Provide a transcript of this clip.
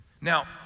Now